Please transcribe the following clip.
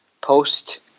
post